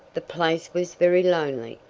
the place was very lonely.